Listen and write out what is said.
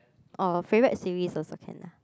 or favorite series also can ah